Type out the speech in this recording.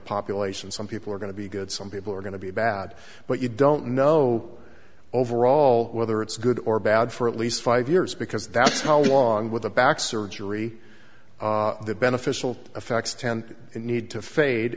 population some people are going to be good some people are going to be bad but you don't know overall whether it's good or bad for at least five years because that's how long with the back surgery the beneficial effects tend to need to fade